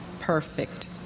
perfect